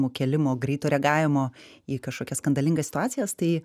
nukėlimo greito reagavimo į kažkokias skandalingas situacijas tai